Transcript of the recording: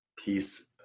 Peace